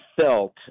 felt